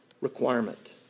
requirement